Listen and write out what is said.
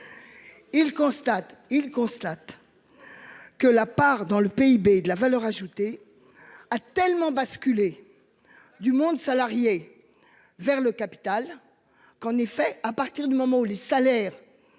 il constate. Que la part dans le PIB de la valeur ajoutée a tellement basculer. Du monde salarié. Vers le capital qu'en effet, à partir du moment où les salaires.